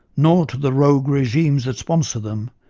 nor to the rogue regimes that sponsor them,